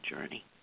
journey